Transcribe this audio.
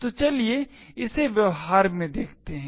तो चलिए इसे व्यवहार में देखते हैं